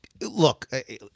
look